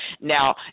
Now